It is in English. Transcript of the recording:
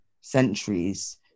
centuries